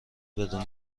بدون